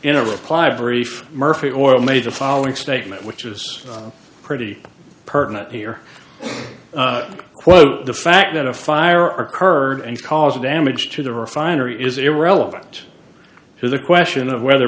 in a reply brief murphy oil made the following statement which is pretty pertinent here quote the fact that a fire occurred and caused damage to the refinery is irrelevant to the question of whether